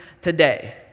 today